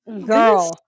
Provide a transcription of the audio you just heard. Girl